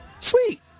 Sweet